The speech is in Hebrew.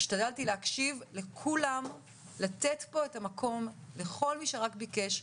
השתדלתי להקשיב לכולם ולתת פה את המקום לכל מי שביקש,